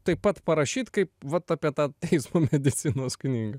taip pat parašyt kaip vat apie tą teismo medicinos knygą